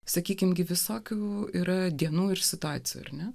sakykime visokių yra dienų ir situacijų ir ne